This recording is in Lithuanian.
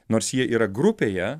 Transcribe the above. nors jie yra grupėje